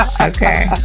Okay